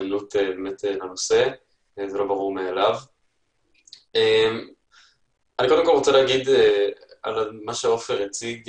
אני רוצה קודם כל לומר לגבי מה שעופר הציג,